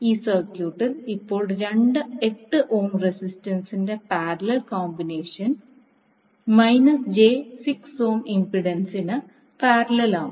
ഈ സർക്യൂട്ടിൽ ഇപ്പോൾ രണ്ട് 8 ഓം റെസിസ്റ്റൻസിന്റെ പാരലൽ കോമ്പിനേഷൻ ഇംപെഡൻസിന് പാരലൽ ആവും